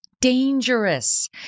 dangerous